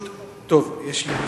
טוב, אני אשאל.